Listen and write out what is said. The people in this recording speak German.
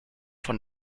von